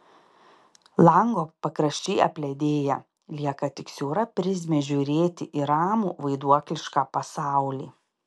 lango pakraščiai apledėja lieka tik siaura prizmė žiūrėti į ramų vaiduoklišką pasaulį